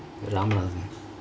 ramanathan